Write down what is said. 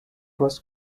was